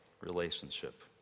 Relationship